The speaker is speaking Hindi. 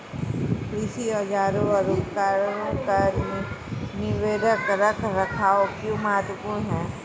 कृषि औजारों और उपकरणों का निवारक रख रखाव क्यों महत्वपूर्ण है?